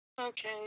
Okay